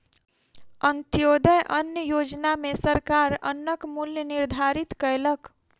अन्त्योदय अन्न योजना में सरकार अन्नक मूल्य निर्धारित कयलक